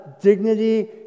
dignity